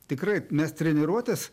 tikrai mes treniruotes